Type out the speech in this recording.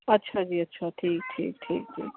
ਅੱਛਾ ਜੀ ਅੱਛਾ ਠੀਕ ਠੀਕ ਠੀਕ ਜੀ